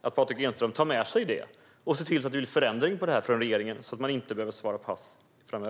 att Patrik Engström tar med sig detta och ser till att det blir förändring av detta hos regeringen, så att man inte behöver svara pass framöver.